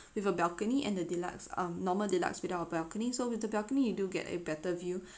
with a balcony and the deluxe um normal deluxe without a balcony so with the balcony you do get a better view